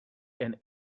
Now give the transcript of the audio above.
and